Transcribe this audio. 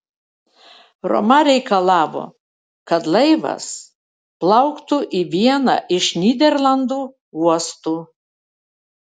roma reikalavo kad laivas plauktų į vieną iš nyderlandų uostų